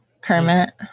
Kermit